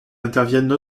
interviennent